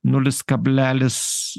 nulis kablelis